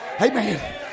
Amen